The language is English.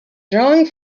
drawing